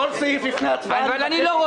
בסדר, יעקב.